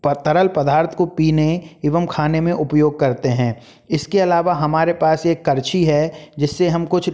पर तरल पदार्थ को पीने एवम खाने में उपयोग करते हैं इसके अलावा हमारे पास एक कलछी है जिससे हम कुछ